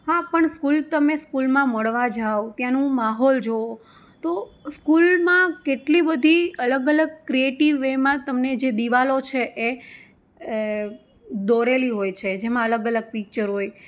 હા પણ સ્કૂલ તમે સ્કૂલમાં મળવા જાવ ત્યાંનું માહોલ જોવો તો સ્કૂલમાં કેટલી બધી અલગ અલગ ક્રિએટિવ વેમાં તમને જે દીવાલો છે એ દોરેલી હોય છે જેમાં અલગ અલગ પિક્ચર હોય